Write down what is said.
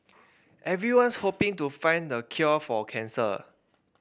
everyone's hoping to find the cure for cancer